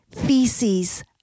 feces